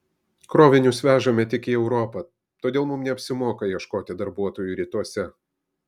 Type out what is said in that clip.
krovinius vežame tik į europą todėl mums neapsimoka ieškoti darbuotojų rytuose